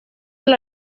del